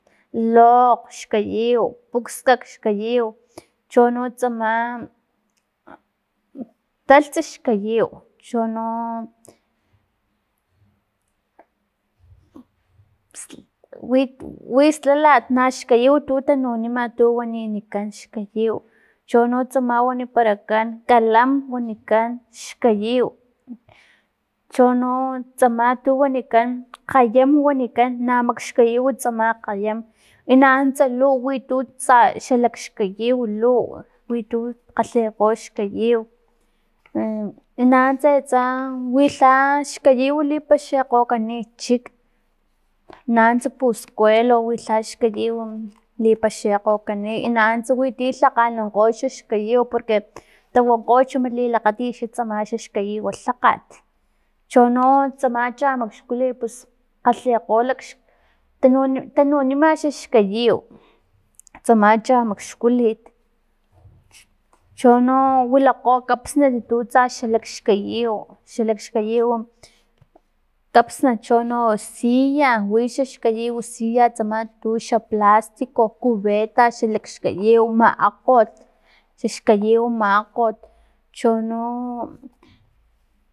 Lokg xkayiw, pukskak xkayiw chono tsama taltsa xkayiw chono wi- wi slalak na xkayiw tu tanunima tu waninikan xkayiw, chono tsama waniparakan, kalam wanikan xkayiw, chono tsama tu wanikan kgayam wanikan na maxkayiw tsama kgayam e nanuntsa luw wi tu tsa xalakxkayiw luw witu kgalhekgo xkayiw nanuntsa atsa wi lha xkayiw lipaxikgokani chik nanuntsa puskuelo wi lha xkayiw lipaxikgokani i nanuntsa wi ti xkayiw li lhakganankgoni porque tawankgo chu mat lilakgatit tsama xaxkayiw lhakgat, chono tsama chamakxkulit pus kgalhekgo pus tanu- tanunima xa xkayiw, tsaman chamakxkulit, chono wilakgo kapsnat- t tsa xalakxkayiw, xalakxkayiw kapsnat cho- n silla wi xaxkayiw silla, tsama tu xa plastic, cubeta, xa lakxkayiw maakgot, xaxkayiw makgot chono